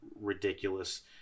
ridiculous